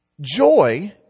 joy